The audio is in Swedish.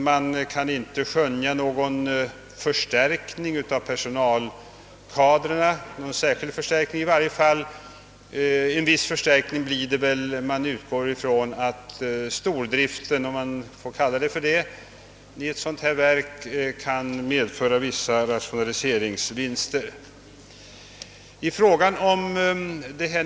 Där blir det inte någon nämnvärd förstärkning av personalkadrarna, bortsett från den som ligger i att stordriften — om man får kalla den så — i det nya verket kan medföra vissa rationaliseringsvinster.